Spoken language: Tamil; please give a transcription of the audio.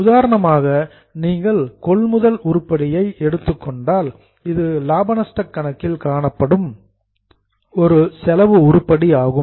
உதாரணமாக நீங்கள் பர்ச்சேஸ்சஸ் கொள்முதல் உருப்படியை எடுத்துக் கொண்டால் இது லாப நஷ்டக் கணக்கில் காணப்படும் ஒரு செலவு உருப்படி ஆகும்